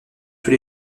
tous